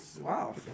Wow